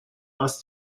aus